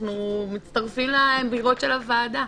אנחנו מצטרפים לאמירות של הוועדה.